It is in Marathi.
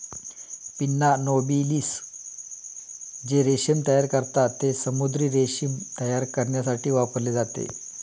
पिन्ना नोबिलिस जे रेशीम तयार करतात, ते समुद्री रेशीम तयार करण्यासाठी वापरले जाते